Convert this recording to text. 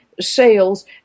Sales